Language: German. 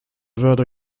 würde